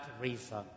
reason